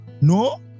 no